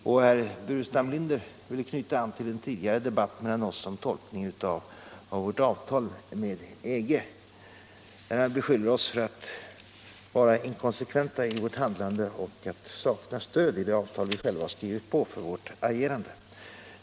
Herr Burenstam Linder ville knyta an till en tidigare debatt mellan oss om tolkningen av Sveriges avtal med EG, där han beskyller oss i regeringen för att vara inkonsekventa i vårt handlande och att sakna stöd för vårt agerande i det avtal vi själva skrivit på.